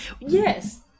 Yes